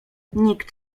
nikt